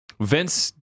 Vince